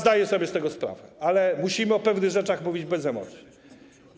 Zdaję sobie z tego sprawę, ale musimy o pewnych rzeczach mówić bez emocji.